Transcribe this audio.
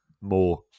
more